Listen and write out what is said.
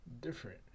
different